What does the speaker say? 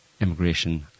immigration